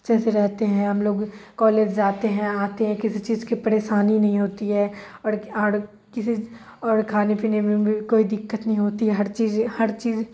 اچھے سے رہتے ہیں ہم لوگ کالج جاتے ہیں آتے ہیں کسی چیز کی پریشانی نہیں ہوتی ہے اور اور کسی اور کھانے پینے میں بھی کوئی دقت نہیں ہوتی ہے ہر چیز ہر چیز